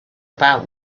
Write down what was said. about